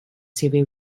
civil